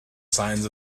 signs